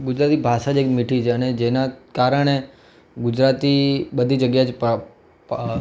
ગુજરાતી ભાષા જ એક મીઠી છે અને જેનાં કારણે ગુજરાતી બધી જગ્યાએ જ